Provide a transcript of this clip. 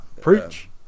preach